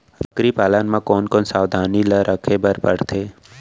बकरी पालन म कोन कोन सावधानी ल रखे बर पढ़थे?